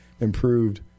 improved